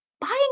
buying